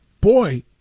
boy